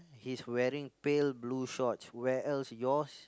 he's wearing pale blue shorts whereas yours